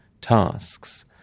tasks